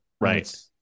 Right